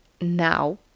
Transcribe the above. now